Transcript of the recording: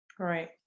Right